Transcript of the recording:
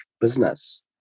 business